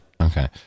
Okay